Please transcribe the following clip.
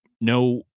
no